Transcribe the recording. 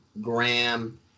Graham